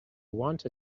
want